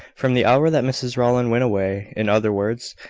from the hour that mrs rowland went away. in other words,